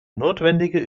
notwendige